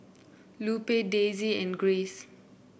Lupe Daisye and Grayce